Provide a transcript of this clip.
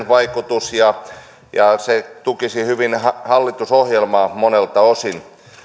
vaikutus kotimaiseen työllisyyteen ja se tukisi hyvin hallitusohjelmaa monelta osin